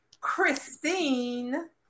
Christine